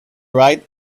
right